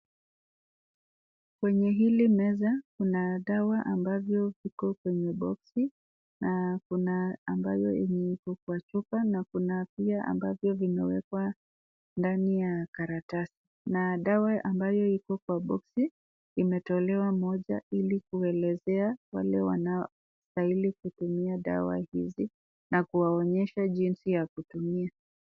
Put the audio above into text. Kwenye hili meza kuna dawa ambavyo iko kwenye boksi kuna ambayo iko kwenye chupa na pia ambavyo vimewekwa ndani ya karatasi na dawa ambayo iko kwa boksi, imetolewa moja ili kuelezea vile wanavyoweza kutumia dawa hizi na kuwaonyesha jinsi ya kutumia.